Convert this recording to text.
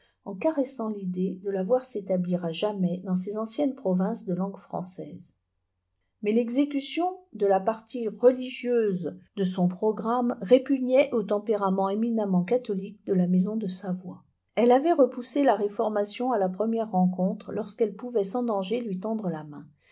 en caressant l'idée de la voir s'établir à jamais dans ses anciennes provinces de langue française mais l'exécution de la partie religieuse de son programme répugnait au tempérament éminemment catholique de la maison de savoie elle avait répoussé la réformation à la première rencontre lorsqu'elle pouvait sans danger lui tendre la main